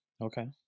Okay